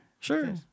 sure